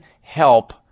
help